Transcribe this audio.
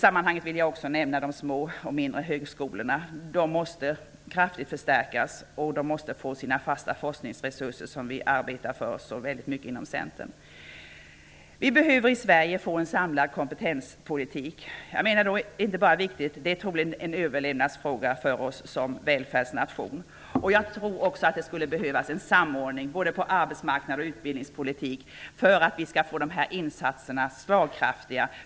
Jag vill också nämna de små och mindre högskolorna. De måste kraftigt förstärkas och de måste få sina fasta forskningsresurser, som vi arbetar så väldigt mycket för inom Centern. Vi behöver i Sverige få en samlad kompetenspolitik. Det är inte bara viktigt, det är en överlevnadsfråga för oss som välfärdsnation. Jag tror att det också skulle behövas en samordning både på arbetsmarknad och utbildningspolitik för att vi skall få dessa insatser slagkraftiga.